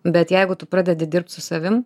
bet jeigu tu pradedi dirbt su savim